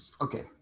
Okay